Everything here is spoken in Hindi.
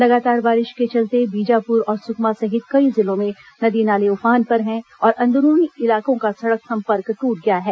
लगातार बारिश के चलते बीजापुर और सुकमा सहित कई जिलों में नदी नाले उफान पर हैं और अंदरूनी इलाकों का सडक संपर्क टट गया है